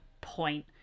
point